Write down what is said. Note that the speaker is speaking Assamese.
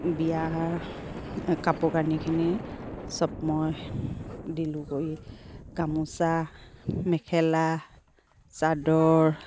বিয়া কাপোৰ কানিখিনি চব মই দিলোঁ কৰি গামোচা মেখেলা চাদৰ